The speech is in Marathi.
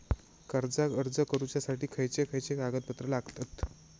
कर्जाक अर्ज करुच्यासाठी खयचे खयचे कागदपत्र लागतत